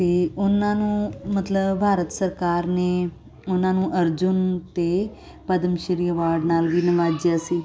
ਅਤੇ ਉਹਨਾਂ ਨੂੰ ਮਤਲਬ ਭਾਰਤ ਸਰਕਾਰ ਨੇ ਉਹਨਾਂ ਨੂੰ ਅਰਜੁਨ ਅਤੇ ਪਦਮ ਸ਼੍ਰੀ ਅਵਾਰਡ ਨਾਲ ਵੀ ਨਿਵਾਜਿਆ ਸੀ